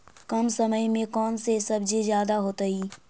कम समय में कौन से सब्जी ज्यादा होतेई?